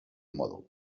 mòdul